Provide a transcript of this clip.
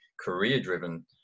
career-driven